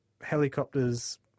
helicopter's